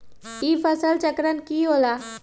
ई फसल चक्रण का होला?